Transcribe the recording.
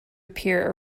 appear